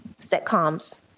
sitcoms